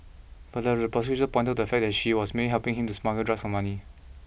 further the prosecution pointed to the fact that she was merely helping him smuggle drugs for money